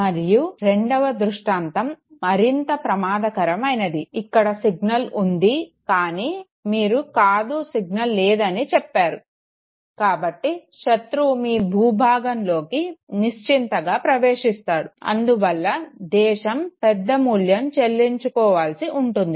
మరియు రెండవ దృష్టాంతం మరింత ప్రమాదకరమైనది ఇక్కడ సిగ్నల్ ఉంది కానీ మీరు కాదు సిగ్నల్ లేదని చెప్పారు కాబట్టి శత్రువు మీ భూభాగంలోకి నిశ్చింతగా ప్రవేశిస్తాడు అందువల్ల దేశం పెద్ద మూల్యం చెల్లించుకోవాల్సిఉంటుంది